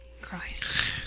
Christ